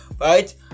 right